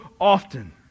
often